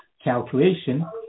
calculation